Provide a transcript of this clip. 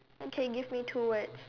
okay give me two words